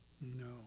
No